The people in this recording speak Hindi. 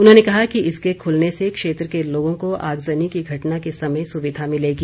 उन्होंने कहा कि इसके खुलने से क्षेत्र के लोगों को आगजनी की घटना के समय सुविधा मिलेगी